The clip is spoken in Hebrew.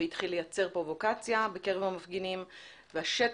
והתחיל לייצר פרובוקציה בקרב המפגינים והשטח,